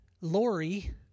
Lori